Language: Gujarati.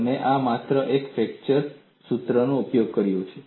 તમે આ માટે માત્ર ફ્લેક્ચર સૂત્રનો ઉપયોગ કર્યો છે